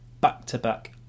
back-to-back